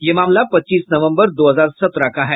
ये मामला पच्चीस नवम्बर दो हजार सत्रह का है